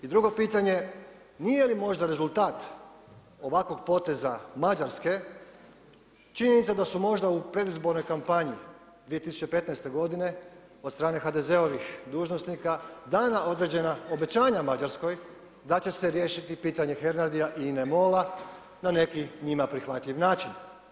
I drugo pitanje, nije li možda rezultat ovakvog poteza Mađarske činjenica da su možda u predizbornoj kampanji 2015. godine od strane HDZ-ovih dužnosnika dana određena obećanja Mađarskoj da će se riješiti pitanje Hernadia i INA MOL-a na neki njima prihvatljiv način.